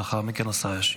לאחר מכן השר ישיב.